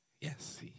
Yes